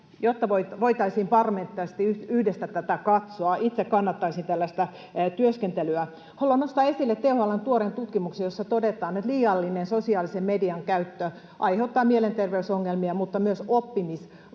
jotta voitaisiin parlamentaarisesti yhdessä tätä katsoa. Itse kannattaisin tällaista työskentelyä. Haluan nostaa esille THL:n tuoreen tutkimuksen, jossa todetaan, että liiallinen sosiaalisen median käyttö aiheuttaa mielenterveysongelmia, mutta myös oppimisvaikeuksia.